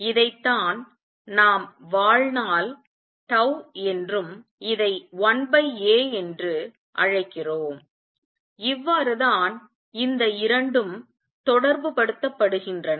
இதைத்தான் நாம் வாழ்நாள் என்றும் இதை 1A என்று அழைக்கிறோம் இவ்வாறுதான் இந்த இரண்டும் தொடர்புபடுத்தப்படுகின்றன